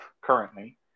currently